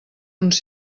uns